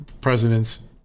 president's